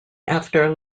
after